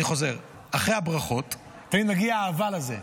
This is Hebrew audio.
אני חוזר, אחרי הברכות תמיד מגיע ה"אבל" הזה: